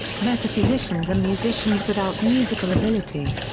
metaphysicians are musicians without musical ability.